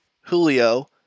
Julio